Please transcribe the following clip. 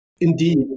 Indeed